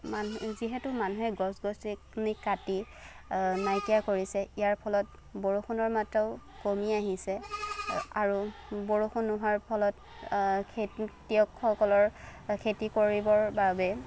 মানুহে যিহেতু মানুহে গছ গছনি কাটি নাইকিয়া কৰিছে ইয়াৰ ফলত বৰষুণৰ মাত্ৰাও কমি আহিছে আৰু বৰষুণ নোহোৱাৰ ফলত খেতিয়ক সকলৰ খেতি কৰিবৰ বাবে